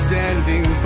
Standing